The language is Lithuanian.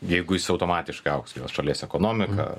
jeigu jis automatiškai augs kyla šalies ekonomika